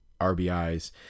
RBIs